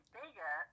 bigger